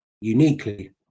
uniquely